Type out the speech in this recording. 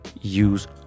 Use